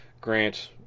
Grant